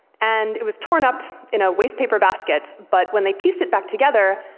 and it was torn up in a wastepaper basket, but when they pieced it back together,